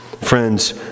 friends